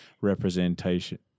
representation